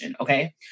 okay